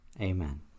amen